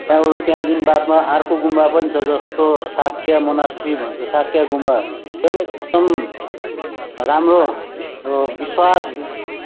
त्यहाँबाट त्यहाँदेखि बादमा अर्को गुम्बा पनि छ जस्तो साख्या मोनास्ट्री भन्छ साख्या गुम्बा त्यो पनि एकदम राम्रो विश्वास